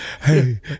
Hey